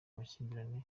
amakimbirane